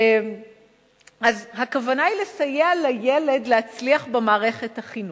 אז הכוונה היא לסייע לילד להצליח במערכת החינוך.